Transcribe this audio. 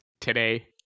today